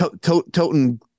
toting